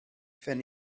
phen